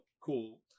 cool